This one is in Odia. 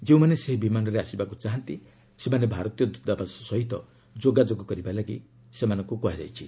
ଯେଉଁମାନେ ସେହି ବିମାନରେ ଆସିବାକୁ ଚାହାନ୍ତି ସେମାନେ ଭାରତୀୟ ଦ୍ୱତାବାସ ସହ ଯୋଗାଯୋଗ କରିବାକୁ କୁହାଯାଇଛି